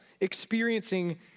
experiencing